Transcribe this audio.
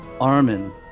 Armin